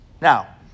Now